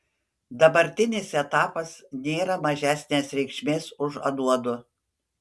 dabartinis etapas nėra mažesnės reikšmės už anuodu